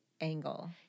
angle